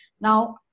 Now